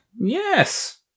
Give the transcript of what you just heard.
Yes